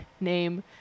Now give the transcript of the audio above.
name